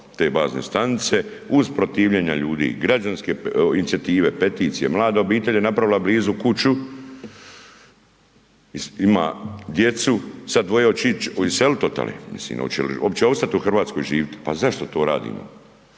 te bazne stanice uz protivljenje ljudi, građanske inicijative, peticije, mlada obitelj je napravila blizu kuću, ima djecu, sad dvoje oće ić, iselit otole, mislim oće li opće ostat u RH živit, pa zašto to radimo,